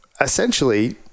essentially